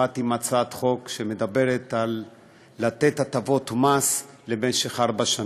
באתי עם הצעת חוק לתת הטבות מס למשך ארבע שנים.